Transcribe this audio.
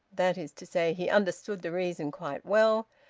that is to say, he understood the reason quite well,